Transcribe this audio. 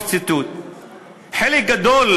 חלק גדול,